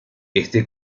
éste